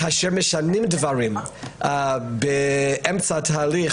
כאשר משנים דברים באמצע התהליך,